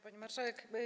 Pani Marszałek!